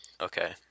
Okay